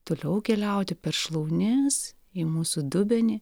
toliau keliauti per šlaunis į mūsų dubenį